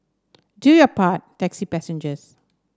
do your part taxi passengers